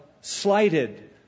slighted